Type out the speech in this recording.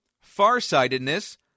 farsightedness